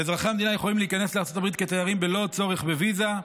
ואזרחי ישראל יכולים להיכנס לארצות הברית כתיירים בלא צורך בוויזה,